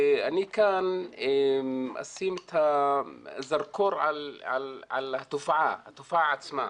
אני כאן אשים את הזרקור על התופעה, התופעה עצמה.